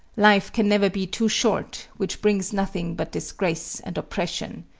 life can never be too short, which brings nothing but disgrace and oppression.